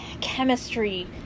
chemistry